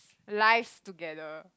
lives together